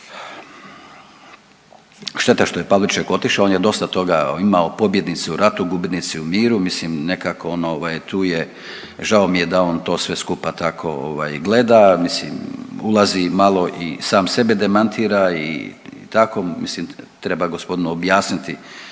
Šteta što je Pavliček otišao on je dosta toga, imao pobjednici u ratu, gubitnici u miru mislim nekako on ovaj tu je žao mi je da on to sve skupa tako ovaj gleda. Mislim ulazi malo i sam sebe demantira i tako, mislim treba gospodinu objasniti